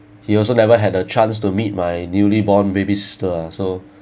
he also never had a chance to meet my newly born baby sister lah so